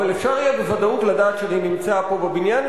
אבל אפשר יהיה בוודאות לדעת שאני נמצא פה בבניין,